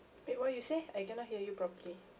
wait what you say I cannot hear you properly